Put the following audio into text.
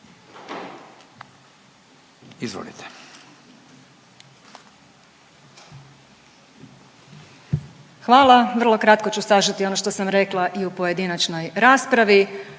Hvala. Vrlo kratko ću sažeti ono što sam rekla i u pojedinačnoj raspravi.